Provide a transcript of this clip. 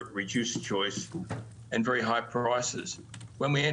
בהרבה וכך הספקים האחרים גם הם הורידו